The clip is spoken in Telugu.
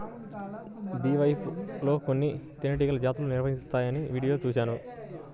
బీహైవ్ లో కొన్ని తేనెటీగ జాతులు నివసిస్తాయని వీడియోలో చూశాను